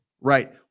Right